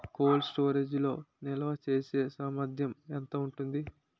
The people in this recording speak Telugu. కోల్డ్ స్టోరేజ్ లో నిల్వచేసేసామర్థ్యం ఎంత ఉంటుంది?